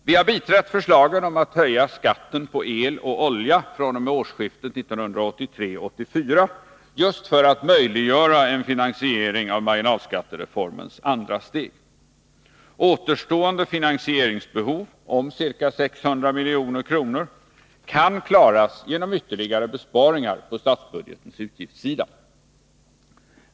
Vi har biträtt förslagen om att höja skatten på el och olja fr.o.m. årsskiftet 1983-1984 just för att möjliggöra en finansiering av marginalskattereformens andra steg. Återstående finansieringsbehov om ca 600 milj.kr. kan klaras genom ytterligare besparingar på statsbudgetens utgiftssida.